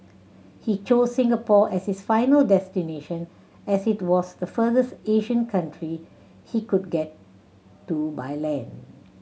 he chose Singapore as his final destination as it was the furthest Asian country he could get to by land